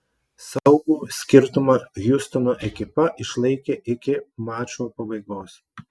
saugų skirtumą hjustono ekipa išlaikė iki mačo pabaigos